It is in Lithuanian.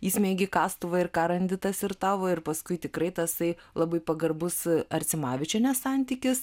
įsmeigi kastuvą ir ką randi tas ir tavo ir paskui tikrai tasai labai pagarbus arcimavičienės santykis